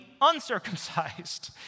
uncircumcised